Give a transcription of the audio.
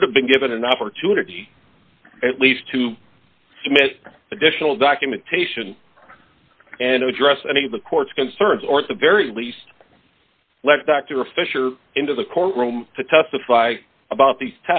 should have been given an opportunity at least to commit additional documentation and address any of the court's concerns or at the very least let dr fisher into the court room to testify about these